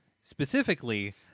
specifically